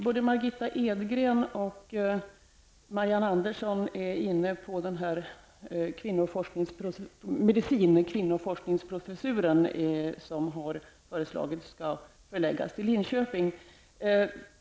Både Margitta Edgren och Marianne Andersson har talat om den medicinska kvinnoforskningsprofessuren, som har föreslagits skall förläggas till Linköping.